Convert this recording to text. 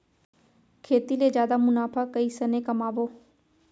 खेती ले जादा मुनाफा कइसने कमाबो?